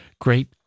Great